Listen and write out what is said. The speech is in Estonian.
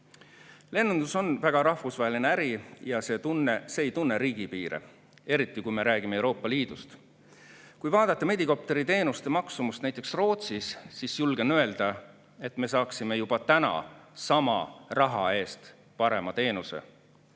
Lennundus on väga rahvusvaheline äri ja see ei tunne riigipiire, eriti kui me räägime Euroopa Liidust. Kui vaadata medikopteri teenuse maksumust näiteks Rootsis, siis julgen öelda, et me saaksime juba täna sama raha eest parema teenuse